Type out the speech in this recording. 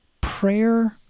prayer